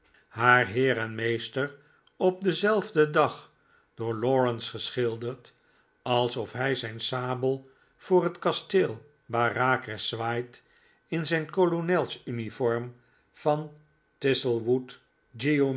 haar heer en meester op denzelfden dag door lawrence geschilderd alsof hij zijn sabel voor het kasteel bareacres zwaait in zijn kolonelsuniform van